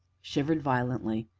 shivered violently,